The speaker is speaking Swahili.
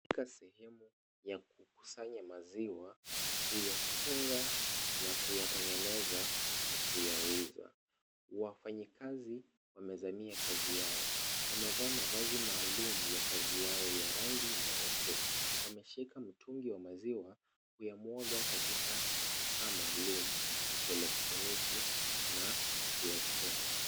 Katika sehemu ya kukusanya maziwa, kuyachunga na kuyatengeneza na kuyauza. Wafanyakazi wamezamia kazi yao. Wamevaa mavazi maalum ya kazi yao ya rangi nyeupe. Wameshika mtungi wa maziwa kuyamwaga katika kifaa maalum cha kielektroniki na kuyachunga.